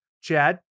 Chad